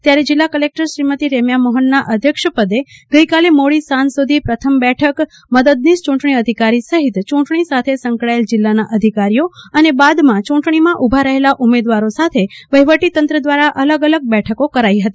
ત્યારે જિલ્લા કલેકટર શ્રીમતી રેમ્યા મોફનના અધ્યક્ષપદે ગઇકાલે મોડી સાંજ સુધી પ્રથમ બેઠક મદદનીશ ચુંટણી અધિકારી સહિત ચૂંટણી સાથે સંકળાયેલા જિલ્લાના અધિકારીઓ અને બાદમાં ચૂંટણીમાં ઊભા રહેલા ઉમેદવારો સાથે વફીવટીતંત્ર દ્વારા અલગ અલગ બેઠકો કરાઇ ફતી